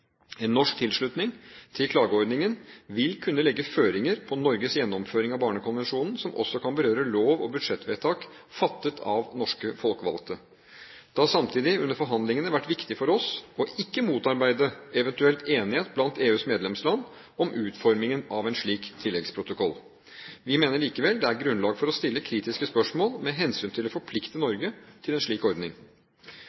En norsk tilslutning til klageordningen vil kunne legge føringer på Norges gjennomføring av Barnekonvensjonen, som også kan berøre lov- og budsjettvedtak fattet av norske folkevalgte. Det har samtidig under forhandlingene vært viktig for oss ikke å motarbeide eventuell enighet blant FNs medlemsland om utformingen av en slik tilleggsprotokoll. Vi mener likevel det er grunnlag for å stille kritiske spørsmål med hensyn til å forplikte